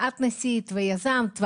ואת ניסית ויזמת,